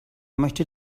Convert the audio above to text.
möchte